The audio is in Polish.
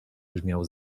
brzmiał